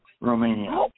Romania